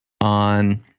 on